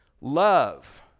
Love